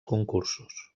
concursos